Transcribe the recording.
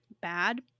bad